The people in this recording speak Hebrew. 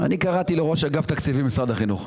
אני קראתי לו ראש אגף תקציבים במשרד החינוך.